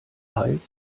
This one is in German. heiß